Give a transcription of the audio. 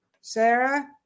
Sarah